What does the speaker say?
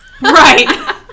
right